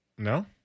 No